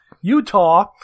Utah